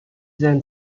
then